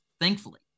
thankfully